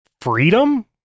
freedom